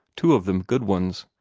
two of them good ones.